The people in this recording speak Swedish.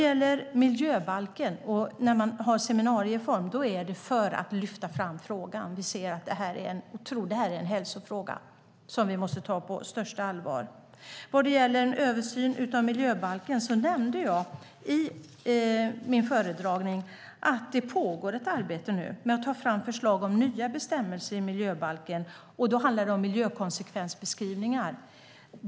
När man arbetar i seminarieform är det för att lyfta fram frågan. Vi anser att detta är en hälsofråga som vi måste ta på största allvar. Vad gäller en översyn av miljöbalken nämnde jag i min föredragning att det nu pågår ett arbete med att ta fram förslag om nya bestämmelser i miljöbalken. Då handlar det om miljökonsekvensbeskrivningar.